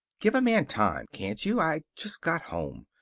give a man time, can't you? i just got home.